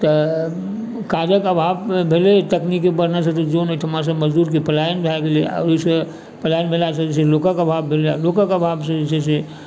काजके आभाव भेलै तऽ तकनिकी बढ़लासँ तऽ जन ओहिठामसँ मजदुरकेँ पलायन भऽ गेलै आब जे छै से पलायन भेलासँ जे छै से लोकके आभाव भेलै आओर लोकके आभाव से जे छै से